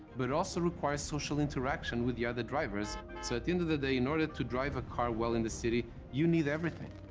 but it also requires social interaction with the other drivers, so at the end of the day, in order to drive a car well in the city, you need everything.